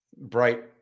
bright